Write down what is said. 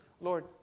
Lord